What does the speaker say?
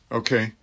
okay